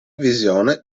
visione